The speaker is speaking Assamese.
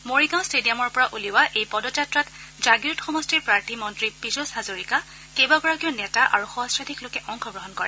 মৰিগাঁও ষ্টেডিয়ামৰ পৰা উলিওৱা এই পদযাত্ৰাত জাগীৰোদ সমষ্টিৰ প্ৰাৰ্থী মন্ত্ৰী পীযুষ হাজৰিকা কেইবাগৰাকীও নেতা আৰু সহস্ৰাধিক লোকে অংশগ্ৰহণ কৰে